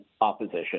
opposition